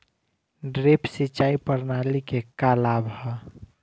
Drip सिंचाई प्रणाली के का लाभ ह?